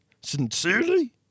Sincerely